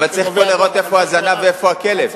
אבל צריך לראות איפה הזנב ואיפה הכלב.